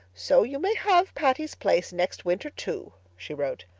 so you may have patty's place next winter, too, she wrote.